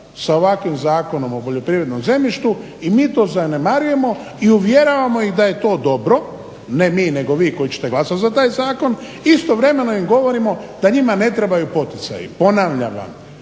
sa ovakvim Zakonom o poljoprivrednom zemljištu i mi to zanemarujemo i uvjeravamo ih da je to dobro, ne mi nego vi koji ćete glasati za taj zakon, istovremeno im govorimo da njima ne trebaju poticaji. Ponavljam vam,